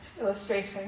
illustration